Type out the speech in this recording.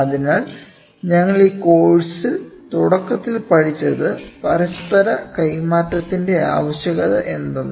അതിനാൽ ഞങ്ങൾ ഈ കോഴ്സിൽ തുടക്കത്തിൽ പഠിച്ചത് പരസ്പര കൈമാറ്റത്തിന്റെ ആവശ്യകതയെന്താണ്